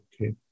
Okay